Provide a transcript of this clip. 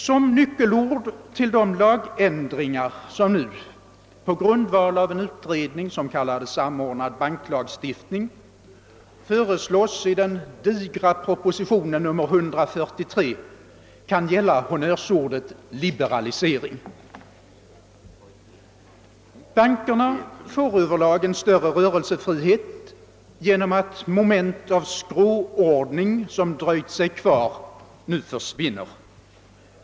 Som nyckelord till de lagändringar, som nu på grundval av en utredning som kallades »Samordnad banklagstiftning» föreslås i den digra propositionen 143, kan gälla honnörsordet liberalisering. Bankerna får över lag större rörelsefrihet genom att moment av skråordning som dröjt sig kvar nu försvinner.